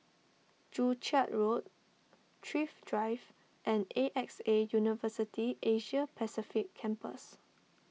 Joo Chiat Road Thrift Drive and A X A University Asia Pacific Campus